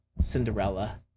Cinderella